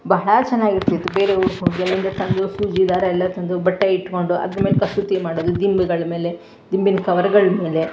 ಬಹಳ ಚೆನ್ನಾಗಿರ್ತಿತ್ತು ಬೇರೆ ಊರಿಗೆ ಹೋಗಿ ಅಲ್ಲಿಂದ ತಂದು ಸೂಜಿ ದಾರ ಎಲ್ಲ ತಂದು ಬಟ್ಟೆ ಇಟ್ಕೊಂಡು ಅದ್ರಮೇಲೆ ಕಸೂತಿ ಮಾಡೋದು ದಿಂಬುಗಳ ಮೇಲೆ ದಿಂಬಿನ ಕವರುಗಳ್ಮೇಲೆ